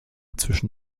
zwischen